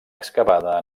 excavada